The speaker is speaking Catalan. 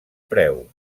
preu